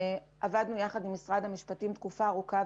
עבדנו יחד עם משרד המשפטים במשך תקופה ארוכה,